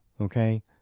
okay